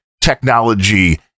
technology